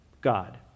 God